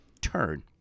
turn